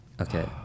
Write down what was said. Okay